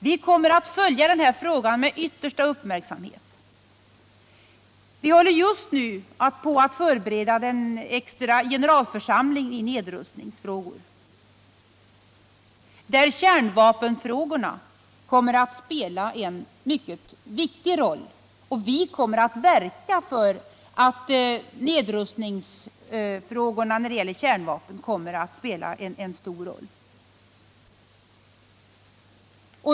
Vi kommer att följa frågan med yttersta uppmärksamhet. Vi håller just nu på att förbereda den extra generalförsamlingen i nedrustningsfrågor, där vi kommer att verka för att nedrustningsfrågorna när det gäller just kärnvapen skall spela en stor roll.